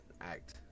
act